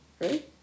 Right